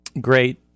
great